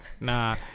Nah